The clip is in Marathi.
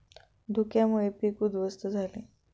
धुक्यामुळे पीक उध्वस्त झाले